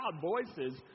voices